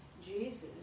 Jesus